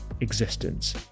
existence